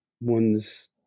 one's